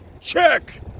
check